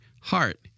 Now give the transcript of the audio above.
heart